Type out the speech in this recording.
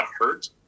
hurt